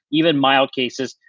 even mild cases,